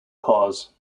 cars